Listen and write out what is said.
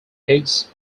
higgs